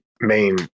main